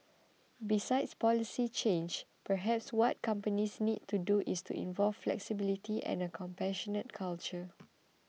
besides policy change perhaps what companies need to do is to develop flexibility and a compassionate culture